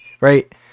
right